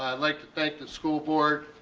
like to thank the school board,